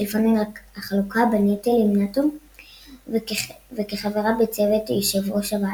של פאנל החלוקה בנטל עם נאט"ו וכחברה בצוות יושב ראש הוועדה.